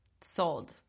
sold